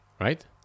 Right